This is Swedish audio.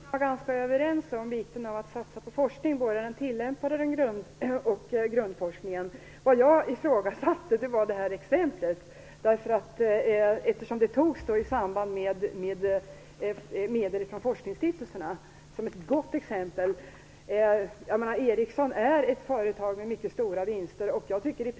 Herr talman! Jag tror att vi kan vara ganska överens om vikten av att satsa på forskning - både den tillämpade forskningen och grundforskningen. Det jag ifrågasatte var exemplet. Ericsson framhölls som ett gott exempel i samband med debatten om medel från forskningsstiftelserna. Ericsson är ett företag med mycket stora vinster.